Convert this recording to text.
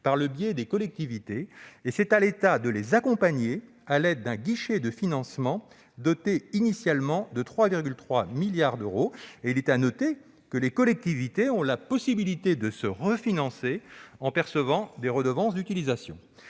par le biais des collectivités, et c'est à l'État de les accompagner, à l'aide d'un guichet de financement doté initialement de 3,3 milliards d'euros. Il est à noter que les collectivités ont la possibilité de se refinancer en percevant des redevances d'utilisation.